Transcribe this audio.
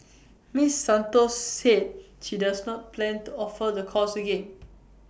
miss Santos said she does not plan to offer the course again